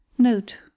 Note